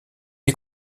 est